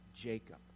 Jacob